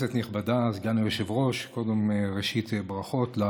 כנסת נכבדה, סגן היושב-ראש, ראשית, ברכות.